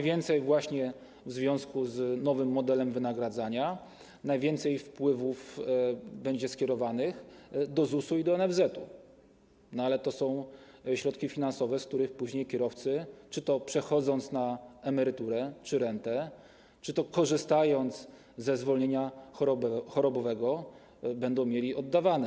W związku z nowym modelem wynagradzania najwięcej wpływów będzie kierowanych do ZUS i do NFZ, ale to są środki finansowe, z których później kierowcy, czy to przechodząc na emeryturę lub rentę, czy to korzystając ze zwolnienia chorobowego, będą mieli oddawane.